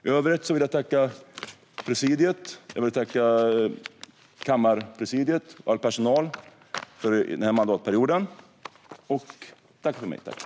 I övrigt vill jag tacka kammarpresidiet och all personal för den här mandatperioden. Tack för mig!